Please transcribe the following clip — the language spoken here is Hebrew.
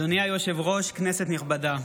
אדוני היושב-ראש, כנסת נכבדה,